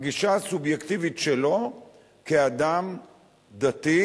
הגישה הסובייקטיבית שלו כאדם דתי,